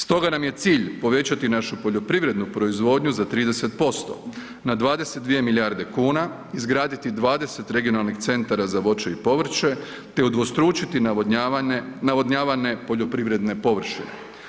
Stoga nam je cilj povećati našu poljoprivrednu proizvodnju za 30% na 22 milijarde kuna, izgraditi 20 regionalnih centara za voće i povrće te udvostručiti navodnjavane poljoprivredne površine.